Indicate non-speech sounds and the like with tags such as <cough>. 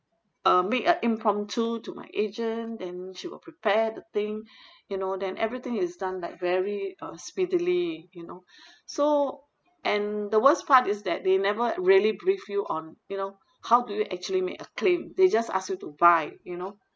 uh make a impromptu to my agent then she will prepare the thing <breath> you know then everything is done like very uh speedily you know <breath> so and the worst part is that they never really brief you on you know how do you actually make a claim they just ask you to buy you know